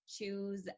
choose